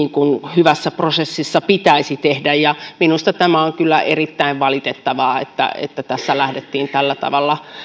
hyvässä prosessissa pitäisi tehdä minusta tämä on kyllä erittäin valitettavaa että että tässä lähdettiin tällä tavalla